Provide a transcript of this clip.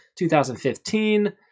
2015